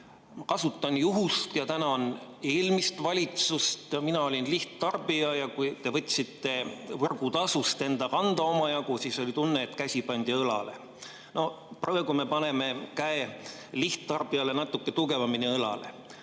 kasutan juhust ja tänan eelmist valitsust. Mina olin lihttarbija ja kui te võtsite võrgutasust omajagu enda kanda, siis oli tunne, et käsi pandi õlale. No praegu me paneme käe lihttarbijale natuke tugevamini õlale. Aga